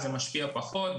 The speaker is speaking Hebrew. זה משפיע פחות,